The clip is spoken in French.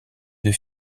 deux